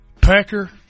pecker